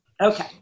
Okay